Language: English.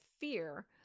fear